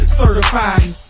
certified